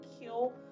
kill